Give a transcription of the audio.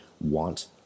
want